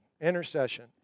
Intercession